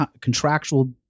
contractual